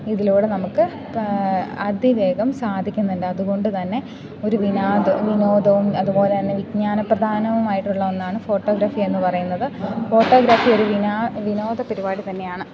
ഇതിലൂടെ നമുക്ക് അതിവേഗം സാധിക്കുന്നുണ്ട് അതുകൊണ്ട് തന്നെ ഒരു വിനോദം വിനോദവും അതുപോലെ തന്നെ വിജ്ഞാന പ്രദവുമായിട്ടുള്ള ഒന്നാണ് ഫോട്ടോഗ്രഫി എന്നു പറയുന്നത് ഫോട്ടോഗ്രാഫി ഒരു വിനോദ പരിപാടി തന്നെയാണ്